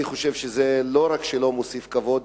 אני חושב שזה לא רק שלא מוסיף כבוד,